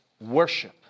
worship